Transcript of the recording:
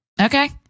Okay